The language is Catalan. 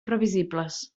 previsibles